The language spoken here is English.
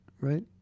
right